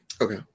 Okay